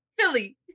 Philly